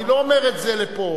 אני לא אומר את זה לפה.